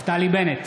נפתלי בנט,